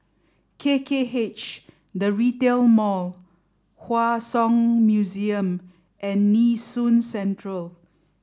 K K H The Retail Mall Hua Song Museum and Nee Soon Central